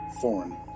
Foreign